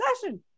session